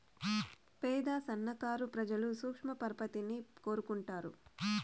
పేద సన్నకారు ప్రజలు సూక్ష్మ పరపతిని కోరుకుంటారు